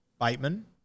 bateman